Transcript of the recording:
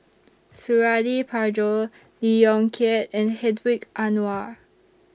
Suradi Parjo Lee Yong Kiat and Hedwig Anuar